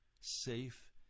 safe